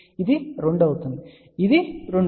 కాబట్టి ఇది 2 అవుతుంది ఇది 2 అవుతుంది